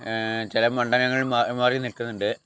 ചില മണ്ഡലങ്ങളിൽ മാറി മാറി നിൽക്കുന്നുണ്ട്